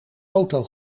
auto